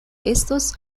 estos